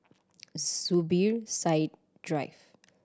Zubir Said Drive